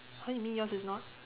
what you mean yours is not